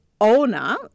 owner